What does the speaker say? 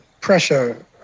pressure